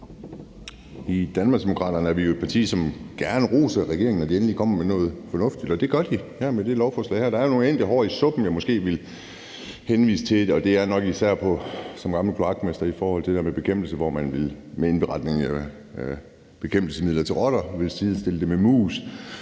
I Danmarksdemokraterne er vi jo et parti, som gerne roser regeringen, når de endelig kommer med noget fornuftigt, og det gør de med det her lovforslag. Der er nogle enkelte hår i suppen, jeg måske vil henvise til, og det er nok især som gammel kloakmester i forhold til det der med indberetningen af bekæmpelsesmidlerne til mus, hvor man vil sidestille det med dem